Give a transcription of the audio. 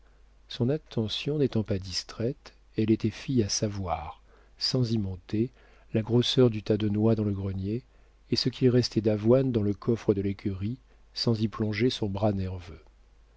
son attention n'étant pas distraite elle était fille à savoir sans y monter la grosseur du tas de noix dans le grenier et ce qu'il restait d'avoine dans le coffre de l'écurie sans y plonger son bras